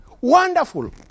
Wonderful